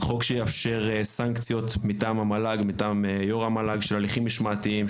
חוק שיאפשר סנקציות מטעם המל"ג מטעם יו"ר המל"ג של הליכים משמעתיים,